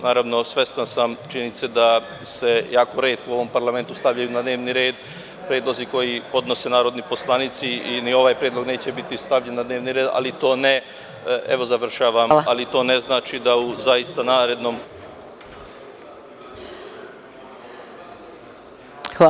Naravno, svestan sam činjenice da se jako retko u ovom parlamentu stavljaju na dnevni red predlozi koji podnose narodni poslanici i ni ovaj predlog neće biti stavljen na dnevni red, evo završavam, ali to ne znači da zaista u narednom periodu…